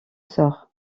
sort